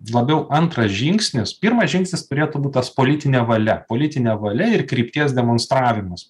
labiau antras žingsnis pirmas žingsnis turėtų būt tas politinė valia politinė valia ir krypties demonstravimas